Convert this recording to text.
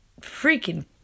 freaking